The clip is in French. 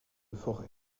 forêts